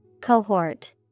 Cohort